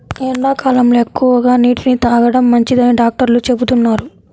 ఎండాకాలంలో ఎక్కువగా నీటిని తాగడం మంచిదని డాక్టర్లు చెబుతున్నారు